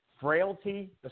frailty